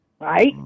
right